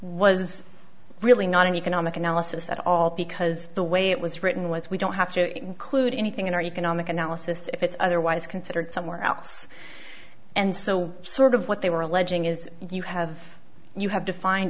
was really not an economic analysis at all because the way it was written was we don't have to include anything in our economic analysis if it's otherwise considered somewhere else and so sort of what they were alleging is you have you have